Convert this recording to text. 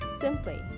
Simply